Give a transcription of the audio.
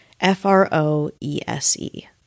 F-R-O-E-S-E